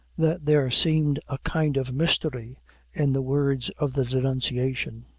that there seemed a kind of mystery in the words of the denunciation,